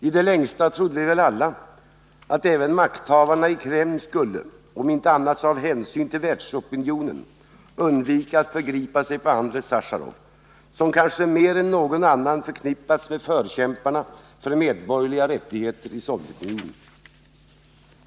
I det längsta trodde vi väl alla att även makthavarna i Kreml skulle — om inte annat så av hänsyn till världsopinionen — undvika att förgripa sig på Andrei Sacharov, som kanske mer än någon annan förknippats med förkämparna för medborgerliga rättigheter i Sovjetunionen.